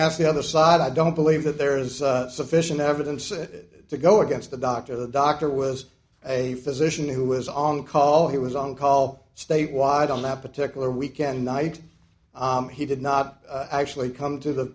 ask the other side i don't believe that there is sufficient evidence that to go against the doctor the doctor was a physician who was on call he was on call statewide on that particular weekend night he did not actually come to the